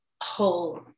whole